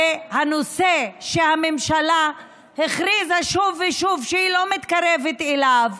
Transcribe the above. הרי זה הנושא שהממשלה הכריזה שוב ושוב שהיא לא מתקרבת אליו.